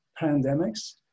pandemics